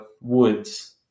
Woods